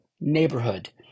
neighborhood